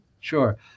Sure